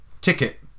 ticket